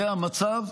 זה המצב,